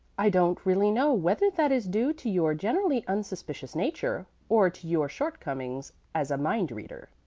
i don't really know whether that is due to your generally unsuspicious nature, or to your shortcomings as a mind-reader.